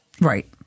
right